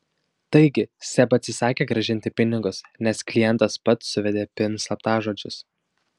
taigi seb atsisakė grąžinti pinigus nes klientas pats suvedė pin slaptažodžius